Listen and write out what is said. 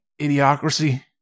Idiocracy